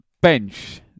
bench